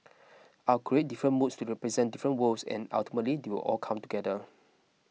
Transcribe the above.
I'll create different moods to represent different worlds and ultimately they will all come together